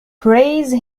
praise